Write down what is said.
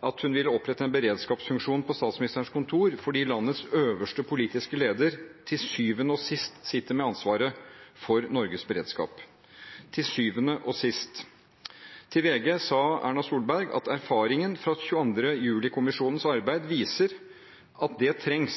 at hun ville opprette en beredskapsfunksjon på Statsministerens kontor, fordi «landets øverste politiske leder til syvende og sist sitter med ansvaret for Norges beredskap» – til syvende og sist. Til VG sa Erna Solberg: «Erfaringen fra 22. juli-kommisjonens arbeid viser at dette trengs.